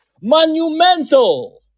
Monumental